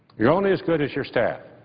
you're only as good as your staff,